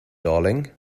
darling